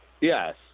Yes